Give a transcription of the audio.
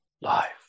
life